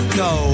go